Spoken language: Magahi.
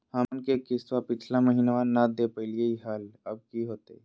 हम लोन के किस्तवा पिछला महिनवा नई दे दे पई लिए लिए हल, अब की होतई?